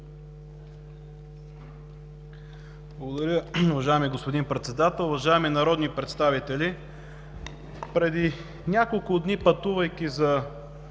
Благодаря. Уважаеми господин Председател, уважаеми народни представители! Преди няколко дни, пътувайки за